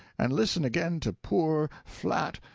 and listen again to poor, flat,